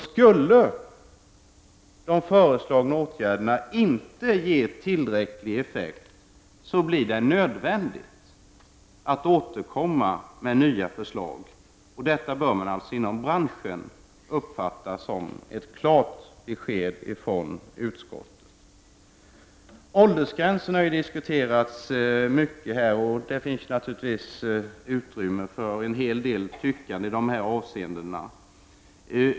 Skulle de föreslagna åtgärderna inte ge tillräcklig effekt, blir det nödvändigt att återkomma med nya förslag. Detta bör man alltså inom branschen uppfatta som ett klart besked från utskottet. Åldersgränserna har diskuterats mycket här. Det finns naturligtvis utrymme för en hel del tyckande i det avseendet.